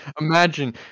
Imagine